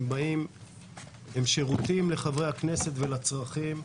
הם שירותיים לחברי הכנסת ולצרכים,